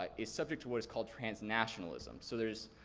ah is subject to what is called transnationalism. so there's,